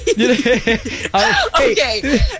Okay